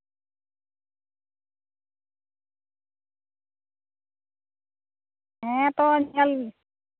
ᱦᱮᱸᱛᱚ ᱧᱮᱞ